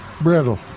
brittle